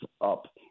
up